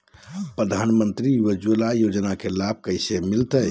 प्रधानमंत्री उज्वला योजना के लाभ कैसे मैलतैय?